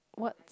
what's